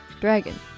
dragon